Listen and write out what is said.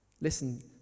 Listen